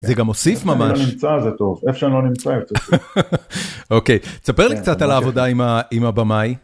זה גם מוסיף ממש. איפה שאני לא נמצא זה טוב, איפה שאני לא נמצא יוצא טוב. אוקיי, תספר לי קצת על העבודה עם הבמאי.